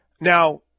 Now